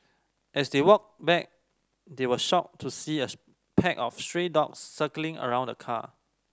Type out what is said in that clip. as they walked back they were shocked to see a pack of stray dogs circling around the car